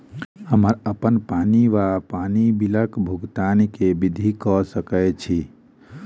हम्मर अप्पन पानि वा पानि बिलक भुगतान केँ विधि कऽ सकय छी?